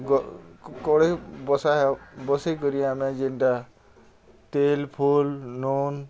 କଢ଼େଇ ବସେଇକରି ଆମେ ଯେନ୍ଟା ତେଲ୍ଫୁଲ୍ ନୁନ୍